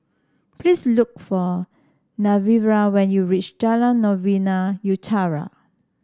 please look for Genevra when you reach Jalan Novena Utara